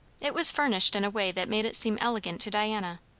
it was furnished in a way that made it seem elegant to diana.